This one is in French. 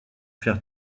faire